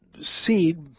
seed